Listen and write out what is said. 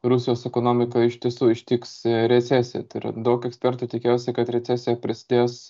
rusijos ekonomiką iš tiesų ištiks recesija tai yra daug ekspertų tikėjosi kad recesija prasidės